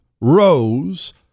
rose